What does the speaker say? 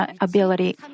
ability